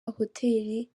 hoteli